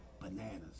bananas